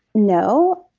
no.